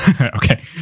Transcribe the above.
Okay